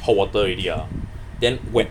hot water already ah then wait